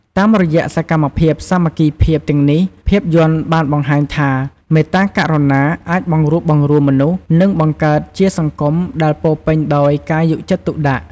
តាមរយៈសកម្មភាពសាមគ្គីភាពទាំងនេះ ភាពយន្តបានបង្ហាញថា មេត្តាករុណាអាចបង្រួបបង្រួមមនុស្ស និងបង្កើតជាសង្គមមួយដែលពោរពេញដោយការយកចិត្តទុកដាក់។